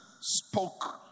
spoke